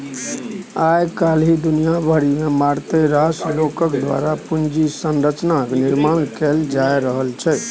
आय काल्हि दुनिया भरिमे मारिते रास लोकक द्वारा पूंजी संरचनाक निर्माण कैल जा रहल छै